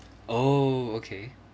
oh okay